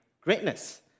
greatness